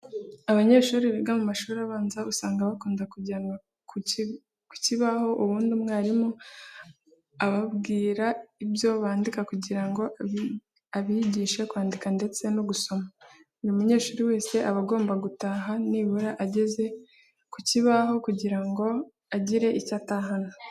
Abanyeshuri biga mu mashuri abanza usanga bakunda kujyanwa ku kibaho ubundi mwarimu ababwira ibyo bandika kugira ngo abigishe kwandika ndetse no gusoma. Buri munyeshuri wese aba agomba gutaha nibura ageze ku kibaho kugira ngo agire icyo atahana.